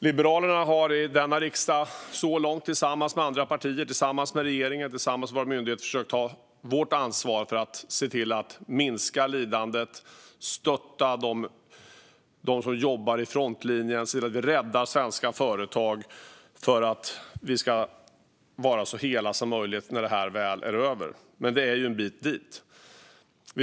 Liberalerna har i denna riksdag så här långt tillsammans med andra partier, tillsammans med regeringen och tillsammans med våra myndigheter försökt ta vårt ansvar för att se till att minska lidandet, att stötta dem som jobbar i frontlinjen och att rädda svenska företag för att vi ska vara så hela som möjligt när detta väl är över. Men det är en bit dit.